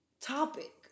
topic